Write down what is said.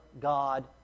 God